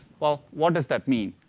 well, what does that mean?